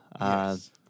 Yes